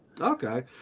Okay